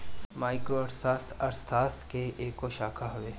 micro अर्थशास्त्र, अर्थशास्त्र के एगो शाखा हवे